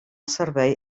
servei